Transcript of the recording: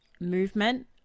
movement